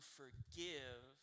forgive